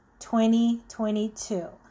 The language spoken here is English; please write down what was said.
2022